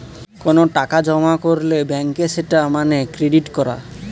কোনো টাকা জমা করলে ব্যাঙ্কে সেটা মানে ডেবিট করা